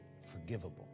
forgivable